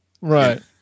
Right